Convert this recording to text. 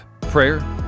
prayer